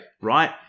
Right